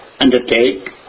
undertake